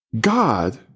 God